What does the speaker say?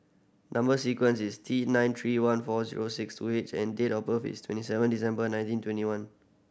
number sequence is T nine three one four zero six two H and date of birth is twenty seven December nineteen twenty one